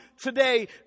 today